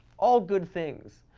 all good things.